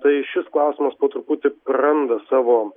tai šis klausimas po truputį randa savo